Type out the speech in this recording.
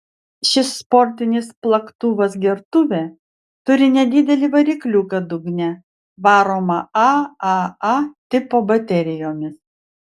šis sportinis plaktuvas gertuvė turi nedidelį varikliuką dugne varomą aaa tipo baterijomis